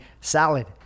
salad